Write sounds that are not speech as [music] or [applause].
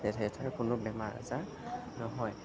[unintelligible] তাৰ কোনো বেমাৰ আজাৰ নহয়